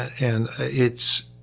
and it's